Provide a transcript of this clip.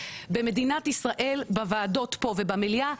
במדינת ישראל בוועדות פה ובמליאה,